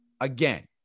again